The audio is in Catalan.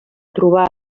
trobar